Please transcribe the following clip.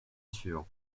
suivant